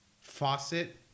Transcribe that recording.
faucet